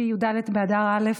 במחלה קשה),